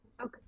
Okay